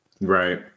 Right